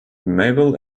mabel